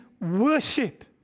worship